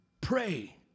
pray